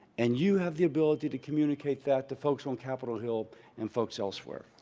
and you have the ability to communicate that to folks on capitol hill and folks elsewhere.